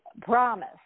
promise